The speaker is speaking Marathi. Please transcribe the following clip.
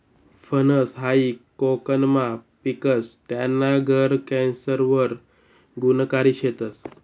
फनस हायी कोकनमा पिकस, त्याना गर कॅन्सर वर गुनकारी शेतस